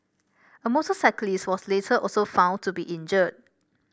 a motorcyclist was later also found to be injured